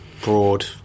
broad